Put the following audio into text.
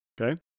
Okay